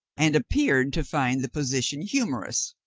and appeared to find the position humorous.